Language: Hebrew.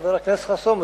חבר הכנסת חסון,